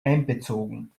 einbezogen